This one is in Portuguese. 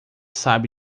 sabe